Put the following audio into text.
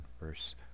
verse